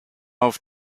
auf